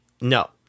No